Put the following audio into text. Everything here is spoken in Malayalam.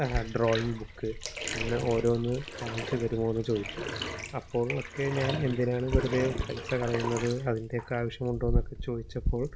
ഡ്രോയിങ് ബുക്ക് അങ്ങനെ ഓരോന്ന് വാങ്ങിച്ചു തരുമോ എന്ന് ചോദിച്ചു അപ്പോഴൊക്കെ ഞാൻ എന്തിനാണ് വെറുതെ പൈസ കളയുന്നത് അതിന്റൊക്കെ ആവശ്യമുണ്ടോ എന്നൊക്കെ ചോദിച്ചപ്പോൾ